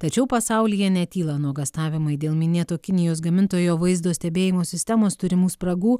tačiau pasaulyje netyla nuogąstavimai dėl minėto kinijos gamintojo vaizdo stebėjimo sistemos turimų spragų